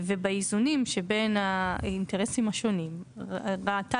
ובאיזונים שבין האינטרסים השונים ראתה